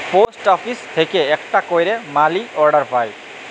post office থেক্যে আকটা ক্যারে মালি অর্ডার পায়